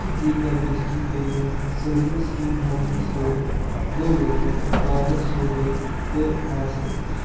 تہٕ دیٖگر digital payment service ۂنٛدۍ مدتہٕ سۭتۍ گوٚو لُکن واریاہ سہولیت تہٕ آسأیِش